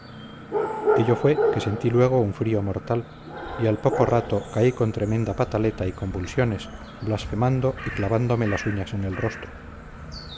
traspasó ello fue que sentí luego un frío mortal y al poco rato caí con tremenda pataleta y convulsiones blasfemando y clavándome las uñas en el rostro